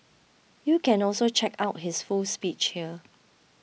you can also check out his full speech here